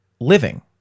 living